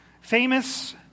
famous